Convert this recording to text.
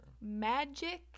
magic